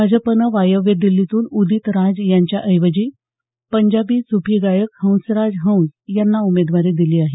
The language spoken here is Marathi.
भाजपनं वायव्य दिल्लीतून उदीत राज यांच्या ऐवजी पंजाबी सुफी गायक हंस राज हंस यांना उमेदवारी दिली आहे